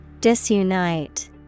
Disunite